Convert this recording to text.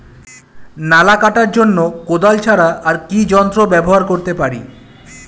নালা কাটার জন্য কোদাল ছাড়া আর কি যন্ত্র ব্যবহার করতে পারি?